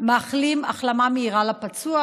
מאחלים החלמה מהירה לפצוע,